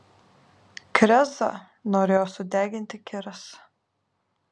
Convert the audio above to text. krezą norėjo sudeginti kiras